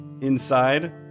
Inside